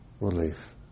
relief